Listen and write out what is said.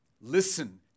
Listen